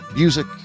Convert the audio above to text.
music